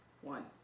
one